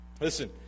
Listen